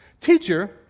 Teacher